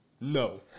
no